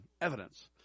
evidence